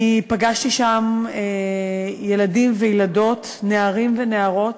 אני פגשתי שם ילדים וילדות, נערים ונערות,